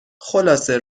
خلاصه